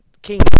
King